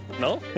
No